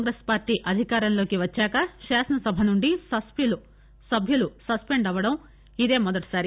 Congress party అధికారంలోకి వచ్చాక శాసనసభ నుండి సభ్యులు సస్సిండ్ అవడం ఇదే మొదటిసారి